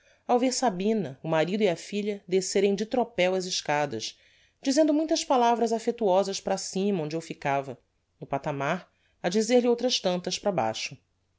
ver sabina o marido e a filha descerem de tropel as escadas dizendo muitas palavras affectuosas para cima onde eu ficava no patamar a dizer-lhes outras tantas para baixo